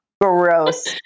gross